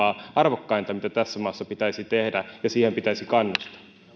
arvokkainta mitä tässä maassa pitäisi tehdä ja siihen pitäisi kannustaa